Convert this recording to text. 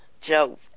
Joe